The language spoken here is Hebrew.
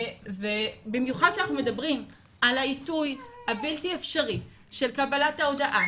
במיוחד שאנחנו מדברים על העיתוי הבלתי אפשרי של קבלת ההודעה,